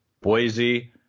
Boise